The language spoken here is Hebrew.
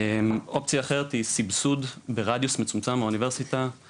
אופציה אחרת היא סבסוד מגורים ברדיוס מסוים מהאוניברסיטה או